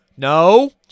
No